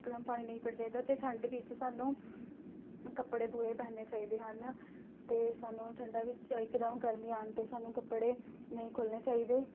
ਇਕਦਮ ਪਾਣੀ ਨਹੀਂ ਪੀਣਾ ਚਾਹੀਦਾ ਅਤੇ ਠੰਡ ਵਿੱਚ ਸਾਨੂੰ ਕੱਪੜੇ ਪੂਰੇ ਪਹਿਨਣੇ ਚਾਹੀਦੇ ਹਨ ਅਤੇ ਸਾਨੂੰ ਠੰਡਾਂ ਵਿੱਚ ਇਕਦਮ ਗਰਮੀ ਆਉਣ 'ਤੇ ਸਾਨੂੰ ਕੱਪੜੇ ਨਹੀਂ ਖੋਲ੍ਹਣੇ ਚਾਹੀਦੇ